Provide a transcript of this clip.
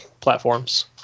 platforms